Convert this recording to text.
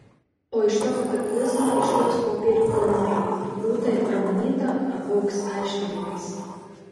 o iš to kataklizmo iškils popierių kalnai būta ir pramanyta apaugs aiškinimais